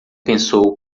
pensou